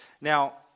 Now